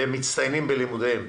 והם מצטיינים בלימודיהם,